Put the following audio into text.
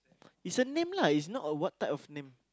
is a name lah is not a what type of name